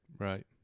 Right